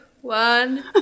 one